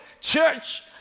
Church